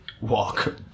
walk